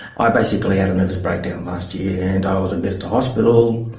i basically had a nervous breakdown last year and i was admitted to hospital.